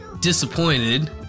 disappointed